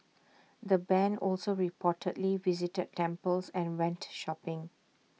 the Band also reportedly visited temples and went shopping